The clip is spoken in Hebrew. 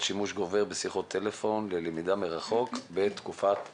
שימוש גובר בשיחות טלפונים ללמידה מרחוק בתקופת הקורונה".